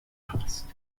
cost